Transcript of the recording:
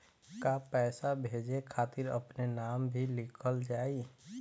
का पैसा भेजे खातिर अपने नाम भी लिकल जाइ?